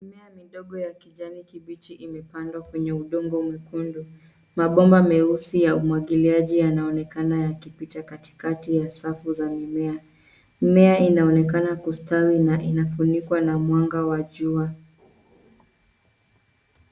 Mimea midogo ya kijani kibichi imepandwa kwenye udongo mwekundu. Mabomba meusi ya umwagiliaji yanaonekana yakipita katikati ya safu za mimea. Mimea inaonekana kustawi na inafunikwa na mwanga wa jua.